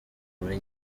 muri